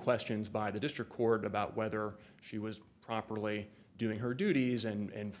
questions by the district court about whether she was properly doing her duties and and